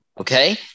Okay